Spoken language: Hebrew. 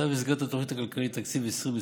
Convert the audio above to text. הוצעה במסגרת התוכנית הכלכלית לתקציב 2020